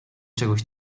czegoś